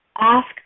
Ask